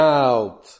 out